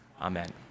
Amen